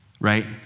right